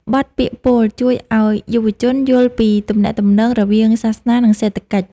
បទពាក្យពោលជួយឱ្យយុវជនយល់ពីទំនាក់ទំនងរវាងសាសនា និងសេដ្ឋកិច្ច។